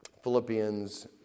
Philippians